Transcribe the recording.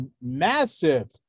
massive